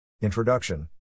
Introduction